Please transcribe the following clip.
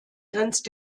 grenzt